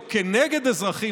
לא כנגד אזרחים,